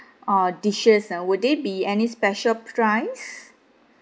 uh dishes ah would they be any special price